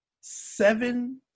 seven